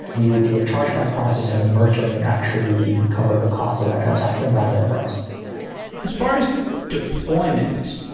we would do a chargeback process and the merchant would actually cover the cost of that transaction rather than brex as far as deployment,